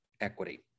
equity